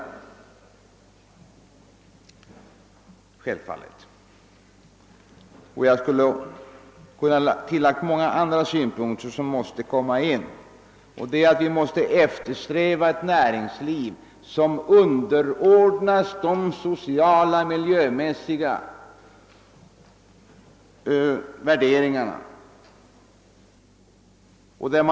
Jag skulle kunna tillägga många andra synpunkter som måste komma in i bilden. Vi måste eftersträva ett näringsliv som underordnas de sociala och miljömässiga värderingarna.